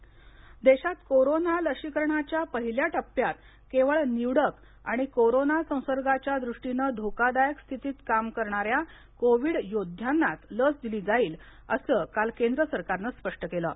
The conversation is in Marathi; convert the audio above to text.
लसीकरण देशात कोरोना लशीकरणाच्या पहिल्या टप्प्यात केवळ निवडक आणि कोरोन संसर्गाच्या दृष्टीने धोकादायक स्थितीत काम करणाऱ्या कोविड योद्ध्यांनाच लस दिली जाईल अस काल केंद्र सरकारने स्पष्ट केल आहे